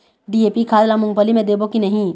DAP खाद ला मुंगफली मे देबो की नहीं?